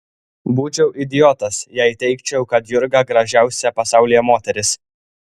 būčiau idiotas jei teigčiau kad jurga gražiausia pasaulyje moteris